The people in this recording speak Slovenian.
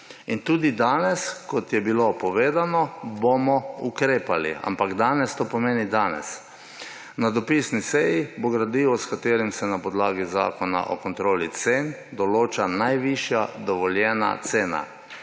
In tudi danes, kot je bilo povedano, bomo ukrepali. Ampak danes pomeni danes. Na dopisni seji bo gradivo, s katerim se na podlagi Zakona o kontroli cen določa najvišja dovoljena cena.